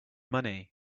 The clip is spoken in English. money